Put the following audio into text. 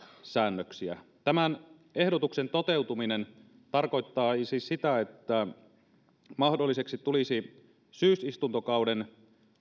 säännöksiä tämän ehdotuksen toteutuminen tarkoittaisi sitä että mahdolliseksi tulisi syysistuntokauden